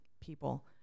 people